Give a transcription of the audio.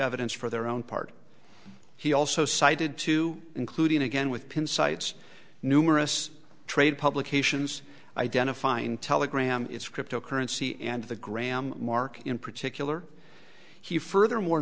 evidence for their own part he also cited to including again with pin sites numerous trade publications identifying telegram its crypto currency and the gram mark in particular he furthermore